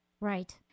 Right